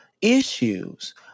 issues